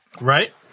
Right